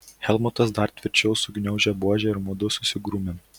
helmutas dar tvirčiau sugniaužė buožę ir mudu susigrūmėm